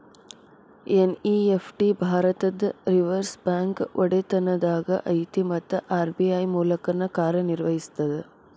NEFT ಭಾರತದ್ Reserve Bank ಒಡೆತನದಾಗ ಐತಿ ಮತ್ತ ಆರ್.ಬಿ.ಐ ಮೂಲಕನ ಕಾರ್ಯನಿರ್ವಹಿಸ್ತದ